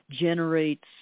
generates